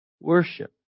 worship